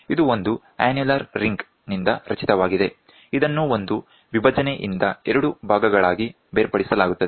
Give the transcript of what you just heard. ಇದು ಒಂದು annular ring ನಿಂದ ರಚಿತವಾಗಿದೆ ಇದನ್ನು ಒಂದು ವಿಭಜನೆಯಿಂದ ಎರಡು ಭಾಗಗಳಾಗಿ ಬೇರ್ಪಡಿಸಲಾಗುತ್ತದೆ